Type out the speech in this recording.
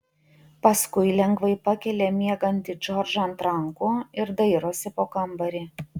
paskui lengvai pakelia miegantį džordžą ant rankų ir dairosi po kambarį